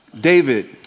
David